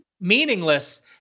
meaningless